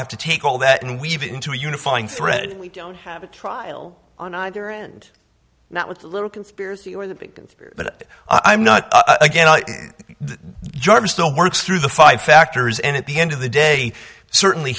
have to take all that and weave it into a unifying thread we don't have a trial on either end not with a little conspiracy but i'm not against jordan still works through the five factors and at the end of the day certainly